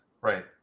Right